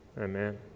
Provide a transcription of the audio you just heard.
Amen